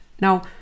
Now